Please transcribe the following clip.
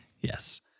yes